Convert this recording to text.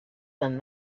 than